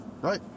Right